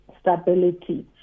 stability